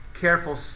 careful